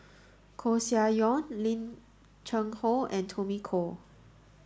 Koeh Sia Yong Lim Cheng Hoe and Tommy Koh